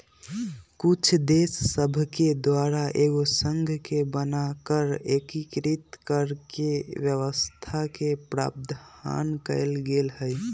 कुछ देश सभके द्वारा एगो संघ के बना कऽ एकीकृत कऽकेँ व्यवस्था के प्रावधान कएल गेल हइ